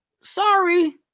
Sorry